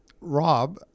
Rob